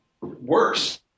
worse